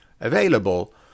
available